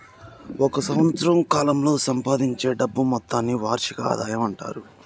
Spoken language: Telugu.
ఒక సంవత్సరం కాలంలో సంపాదించే డబ్బు మొత్తాన్ని వార్షిక ఆదాయం అంటారు